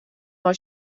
mei